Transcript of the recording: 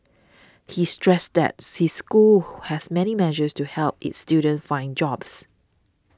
he stressed that's his school has many measures to help its students find jobs